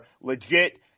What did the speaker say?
legit